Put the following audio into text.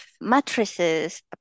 mattresses